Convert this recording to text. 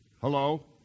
hello